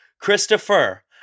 Christopher